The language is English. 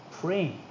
praying